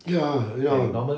ya ya